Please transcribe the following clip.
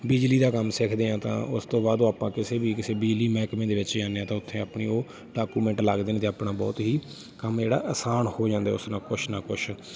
ਬਿਜਲੀ ਦਾ ਕੰਮ ਸਿੱਖਦੇ ਹਾਂ ਤਾਂ ਉਸ ਤੋਂ ਬਾਅਦ ਉਹ ਆਪਾਂ ਕਿਸੇ ਵੀ ਕਿਸੇ ਬਿਜਲੀ ਮਹਿਕਮੇ ਦੇ ਵਿੱਚ ਜਾਂਦੇ ਹਾਂ ਤਾਂ ਉੱਥੇ ਆਪਣੀ ਉਹ ਡਾਕੂਮੈਂਟ ਲੱਗਦੇ ਨੇ ਅਤੇ ਆਪਣਾ ਬਹੁਤ ਹੀ ਕੰਮ ਜਿਹੜਾ ਆਸਾਨ ਹੋ ਜਾਂਦਾ ਉਸ ਨਾਲ ਕੁਛ ਨਾ ਕੁਛ